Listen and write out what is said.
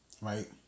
right